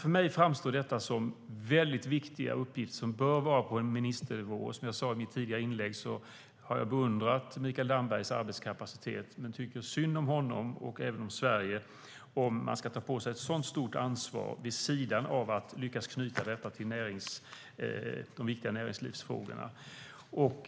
För mig framstår detta som väldigt viktiga uppgifter som bör hanteras på ministernivå. Som jag sade i mitt tidigare inlägg har jag beundrat Mikael Dambergs arbetskapacitet, men jag tycker synd om honom - och även om Sverige - om han ska ta på sig ett så stort ansvar vid sidan av att knyta detta till de viktiga näringslivsfrågorna.